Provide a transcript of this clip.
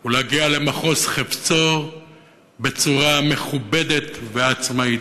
היא להגיע למחוז חפצו בצורה מכובדת ועצמאית,